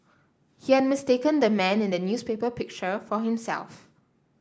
he had mistaken the man in the newspaper picture for himself